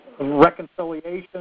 reconciliation